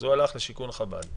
אז הוא הלך לשיכון חב"ד.